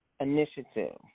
Initiative